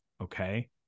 Okay